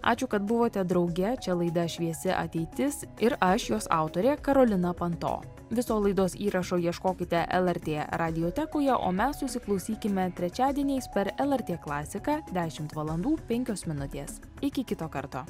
ačiū kad buvote drauge čia laida šviesi ateitis ir aš jos autorė karolina panto viso laidos įrašo ieškokite lrt radijo tekoje o mes susiklausykime trečiadieniais per lrt klasiką dešimt valandų penkios minutės iki kito karto